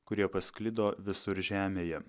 kurie pasklido visur žemėje